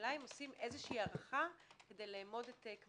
השאלה אם עושים הערכה כדי לאמוד.